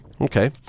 okay